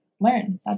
learn